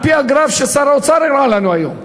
וזה על-פי הגרף ששר האוצר הראה לנו היום.